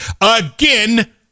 Again